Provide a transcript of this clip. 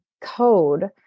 code